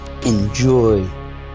Enjoy